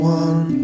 one